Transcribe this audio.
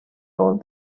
all